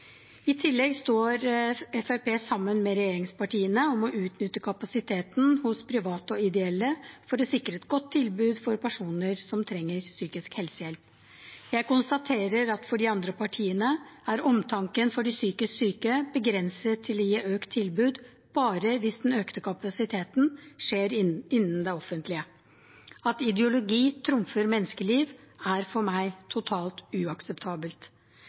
I tillegg står Fremskrittspartiet sammen med regjeringspartiene om å utnytte kapasiteten hos private og ideelle for å sikre et godt tilbud for personer som trenger psykisk helse-hjelp. Jeg konstaterer at for de andre partiene er omtanken for de psykisk syke begrenset til å gi økt tilbud bare hvis den økte kapasiteten skjer innen det offentlige. At ideologi trumfer menneskeliv, er for meg totalt uakseptabelt.